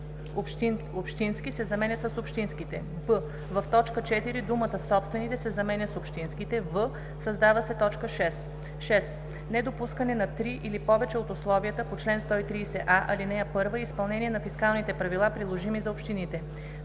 общински“ се заменят с „общинските“; б) в т. 4 думата „собствените“ се заменя с „общинските“; в) създава се т. 6: „6. недопускане на три или повече от условията по чл. 130а, ал. 1 и изпълнение на фискалните правила, приложими за общините.“